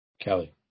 Kelly